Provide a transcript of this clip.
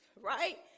right